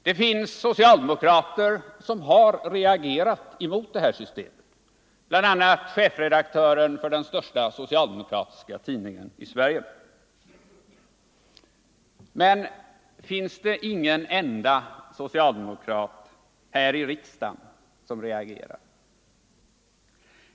Det finns socialdemokrater som har reagerat mot detta system, bl.a. chefredaktören för den största socialdemokratiska tidningen i Sverige. Men finns det ingen enda socialdemokrat här i riksdagen som reagerar?